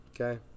okay